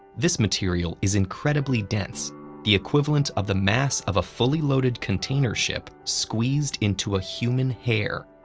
this material is incredibly dense the equivalent of the mass of a fully-loaded container ship squeezed into a human hair,